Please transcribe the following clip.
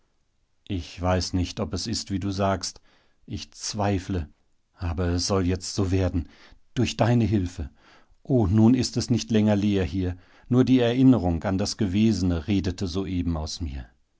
ich weiß nicht ob es ist wie du sagst ich zweifle aber es soll jetzt so werden durch deine hilfe o nun ist es auch nicht länger leer hier nur die erinnerung an das gewesene redete soeben aus mir